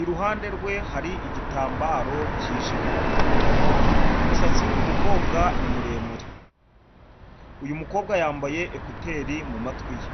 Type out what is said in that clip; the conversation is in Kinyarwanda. iruhande rwe hari igitambaro cyijimye, umusatsi w'uyu mukobwa ni muremure, uyu yambaye ekuteri mu matwi ye.